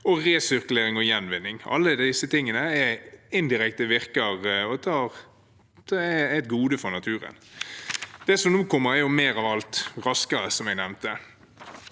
som resirkulering og gjenvinning. Alt dette virker indirekte og er et gode for naturen. Det som nå kommer, er Mer av alt – raskere, som er nevnt.